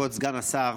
כבוד סגן השר,